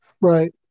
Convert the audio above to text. Right